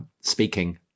speaking